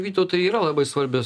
vytautai yra labai svarbios